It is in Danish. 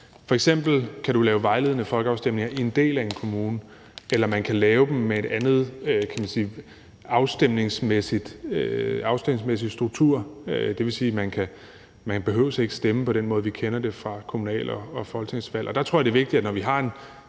F.eks. kan man lave vejledende folkeafstemninger i en del af en kommune, eller man kan lave dem med en anden afstemningsmæssig struktur. Det vil sige, at man ikke behøver at stemme på den måde, vi kender det fra kommunal- og folketingsvalg.